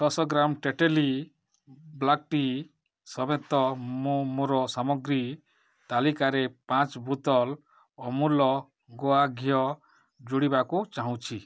ଛଅଶହ gram Tetley black tea ସମେତ ମୁଁ ମୋର ସାମଗ୍ରୀ ତାଲିକାରେ ପାଞ୍ଚ ବୋତଲ ଅମୁଲ ଗୁଆଘିଅ ଯୋଡ଼ିବାକୁ ଚାହୁଁଛି